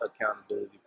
accountability